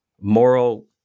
moral